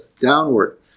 downward